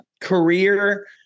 career